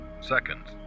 seconds